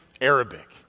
Arabic